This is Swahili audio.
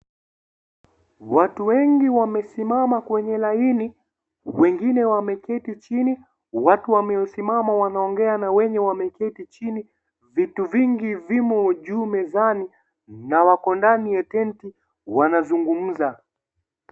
Watu wengi wamesimama kwenye laini, wengine wameketi chini, watu wamesimama wanaongea na wenye wameketi chini, vitu vingi vimo juu mezani na wako ndani ya tenti wanazungumza.